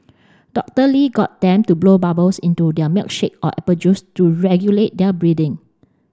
Doctor Lee got them to blow bubbles into their milkshake or apple juice to regulate their breathing